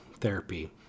therapy